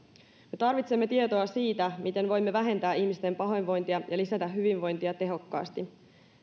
me tarvitsemme tietoa siitä miten voimme vähentää ihmisten pahoinvointia ja lisätä hyvinvointia tehokkaasti